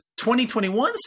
2021